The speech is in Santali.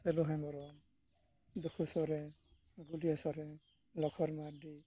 ᱥᱮᱞᱳ ᱦᱮᱢᱵᱨᱚᱢ ᱫᱩᱠᱷᱩ ᱥᱚᱨᱮᱱ ᱜᱩᱞᱤᱭᱟᱹ ᱥᱚᱨᱮᱱ ᱞᱚᱠᱠᱷᱚᱱ ᱢᱟᱨᱰᱤ